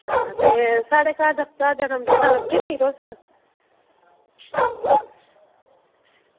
हां ते साढ़े घर जागतै दा जनमदिन आह्गे निं तुस